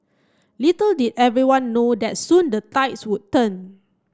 little did everyone know that soon the tides would turn